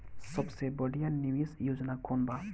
सबसे बढ़िया निवेश योजना कौन बा?